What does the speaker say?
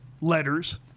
letters